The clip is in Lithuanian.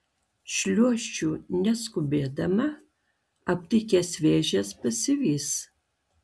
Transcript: šliuošiu neskubėdama aptikęs vėžes pasivys